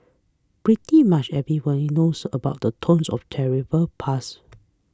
pretty much everyone knows about the tonnes of terrible pass